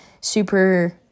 super